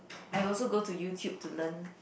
I also go to YouTube to learn